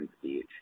speech